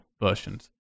versions